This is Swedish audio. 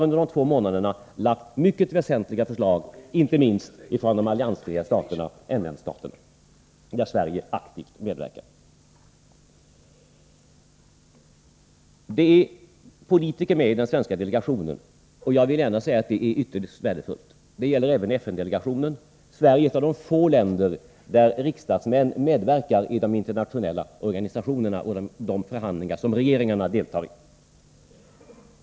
Under de två månaderna har det lagts fram mycket väsentliga förslag, inte minst från de alliansfria staterna, NN staterna, där Sverige aktivt medverkar. Politiker är med i den svenska delegationen, och jag vill gärna säga att detta är ytterst värdefullt. Detta gäller även FN-delegationen. Sverige är ett av de få länder, där riksdagsmän medverkar i de internationella organisationerna och de förhandlingar som regeringarna deltar i.